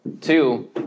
Two